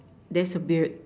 there's a beard